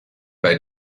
bei